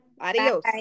Adios